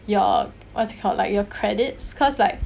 your what is called like your credits cause like